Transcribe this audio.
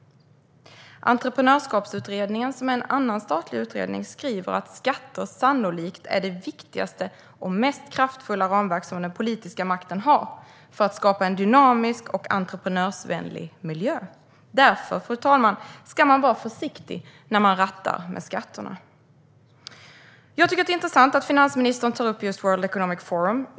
Entreprenörskapsutredningen, som är en annan statlig utredning, skriver att skatter sannolikt är det viktigaste och mest kraftfulla ramverk som den politiska makten har för att skapa en dynamisk och entreprenörvänlig miljö. Därför, fru talman, ska man vara försiktig när man rattar skatterna. Jag tycker att det är intressant att finansministern tar upp just World Economic Forum.